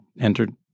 entered